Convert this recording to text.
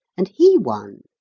and he won.